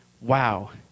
Wow